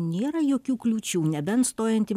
nėra jokių kliūčių nebent stojant į